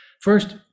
First